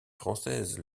française